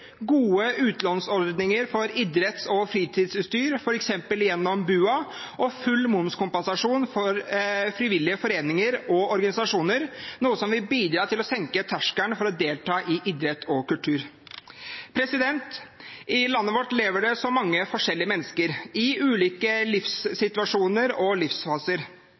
gode utlånsordninger for idretts- og fritidsutstyr, f.eks. gjennom BUA, og full momskompensasjon for frivillige foreninger og organisasjoner, noe som vil bidra til å senke terskelen for å delta i idrett og kultur. I landet vårt lever det mange forskjellige mennesker i ulike livssituasjoner og livsfaser.